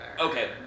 Okay